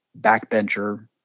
backbencher